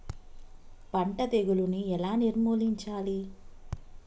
పంట తెగులుని ఎలా నిర్మూలించాలి?